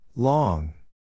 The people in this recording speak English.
Long